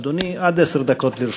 אדוני, עד עשר דקות לרשותך.